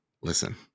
Listen